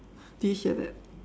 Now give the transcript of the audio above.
did you hear that